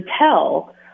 tell